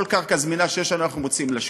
כל קרקע זמינה שיש לנו אנחנו מוציאים לשוק,